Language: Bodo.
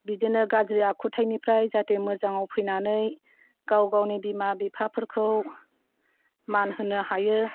बिदिनो गाज्रि आखुथायनिफ्राय जाहाथे मोजाङाव फैनानै गाव गावनि बिमा बिफाफोरखौ मान होनो हायो